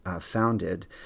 founded